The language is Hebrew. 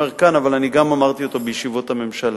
כאן אבל גם אמרתי אותו בישיבות הממשלה: